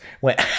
went